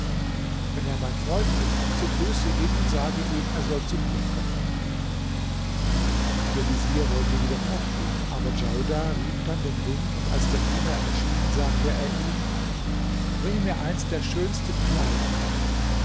wenn er mein freund ist so grüße ihn und sage ihm er soll zu mir kommen der vezier wollte wieder fortgehen aber djaudar rieb dann den ring und als der diener erschien sagte er ihm bringe mir eines der schönsten kleider